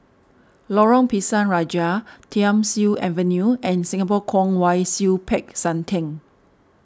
Lorong Pisang Raja Thiam Siew Avenue and Singapore Kwong Wai Siew Peck San theng